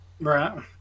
Right